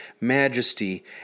majesty